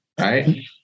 right